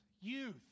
youth